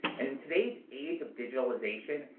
and today's age of digitalization,